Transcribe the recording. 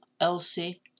Elsie